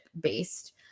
based